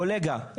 הקולגה,